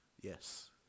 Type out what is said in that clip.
Yes